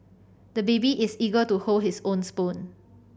the baby is eager to hold his own spoon